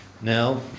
Now